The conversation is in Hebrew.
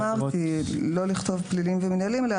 אמרתי לא לכתוב פליליים ומינהליים אלא